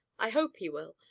i hope he will.